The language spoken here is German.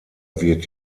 wird